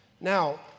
Now